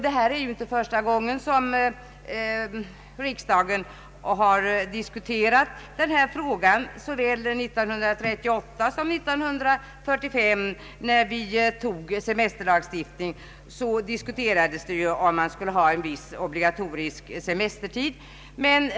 Det är inte första gången som riksdagen diskuterar denna fråga. Såväl 1938 som 1945, när vi tog semesterlagstiftning, diskuterades om man skulle fastställa en viss obligatorisk semestertid.